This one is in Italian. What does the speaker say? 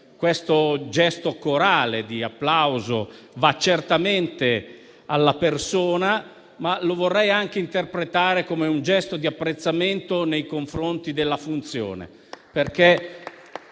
questo gesto corale di applauso vada certamente alla persona, ma lo vorrei anche interpretare come un gesto di apprezzamento nei confronti della funzione